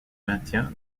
maintien